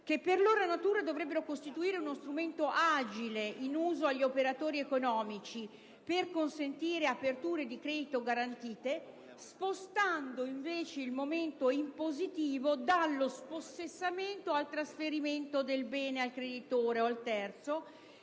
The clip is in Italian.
che per loro natura dovrebbero costituire uno strumento agile, in uso agli operatori economici, per consentire aperture di credito garantite, spostando il momento impositivo dallo spossessamento al trasferimento del bene al creditore o al terzo,